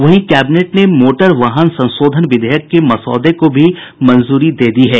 वहीं कैबिनेट ने मोटर वाहन संशोधन विधेयक के मसौदे को भी मंजूरी दे दी है